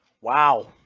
Wow